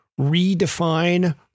redefine